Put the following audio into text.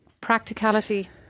Practicality